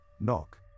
knock